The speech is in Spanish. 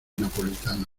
napolitano